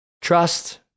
Trust